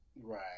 Right